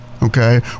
Okay